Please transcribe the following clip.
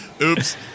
oops